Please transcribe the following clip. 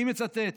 אני מצטט: